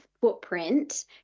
footprint